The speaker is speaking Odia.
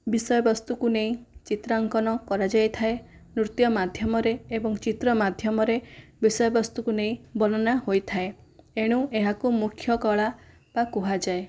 ବିଷୟ ବସ୍ତୁକୁ ନେଇ ଚିତ୍ରାଙ୍କନ କରାଯାଇଥାଏ ନୃତ୍ୟ ମାଧ୍ୟମରେ ଏବଂ ଚିତ୍ର ମାଧ୍ୟମରେ ବିଷୟ ବସ୍ତକୁ ନେଇ ବର୍ଣ୍ଣନା ହୋଇଥାଏ ଏଣୁ ଏହାକୁ ମୁଖ୍ୟ କଳା ବା କୁହାଯାଏ